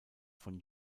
von